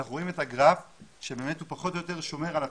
אנחנו רואים את הגרף שהוא פחות או יותר שומר על עצמו.